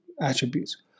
attributes